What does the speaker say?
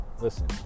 listen